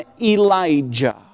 Elijah